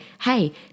hey